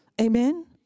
Amen